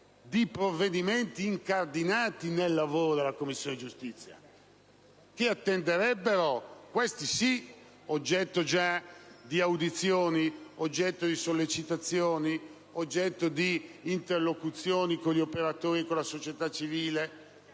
di provvedimenti incardinati nel lavoro della Commissione giustizia, questi sì oggetto di audizioni, di sollecitazioni e di interlocuzioni con gli operatori e con la società civile,